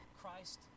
Christ